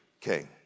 king